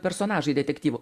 personažai detektyvų